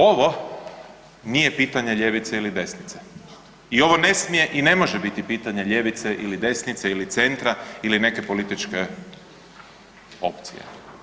Ovo nije pitanje ljevice ili desnice i ovo ne može i ne smije biti pitanje ljevice ili desnice ili centra ili neke političke opcije.